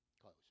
Close